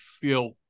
feel